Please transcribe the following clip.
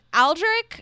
Aldrich